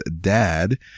dad